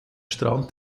strand